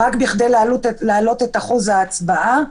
רק כדי להעלות את אחוז ההצבעה.